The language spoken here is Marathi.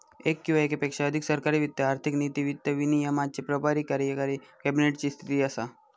येक किंवा येकापेक्षा अधिक सरकारी वित्त आर्थिक नीती, वित्त विनियमाचे प्रभारी कार्यकारी कॅबिनेट ची स्थिती असा